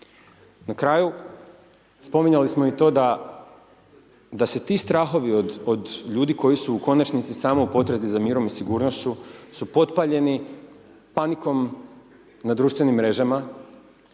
Na kraju, spominjali smo i to da se t strahovi od ljudi koji su u konačnici samo u potrazi sa mirom i sigurnošću su potpaljeni panikom na društvenim mrežama